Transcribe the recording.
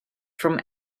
from